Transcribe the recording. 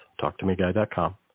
talktomeguy.com